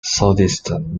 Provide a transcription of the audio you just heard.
southeastern